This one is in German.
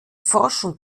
forschung